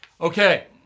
Okay